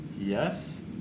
yes